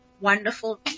wonderful